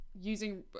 Using